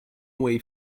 way